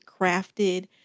crafted